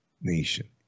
nation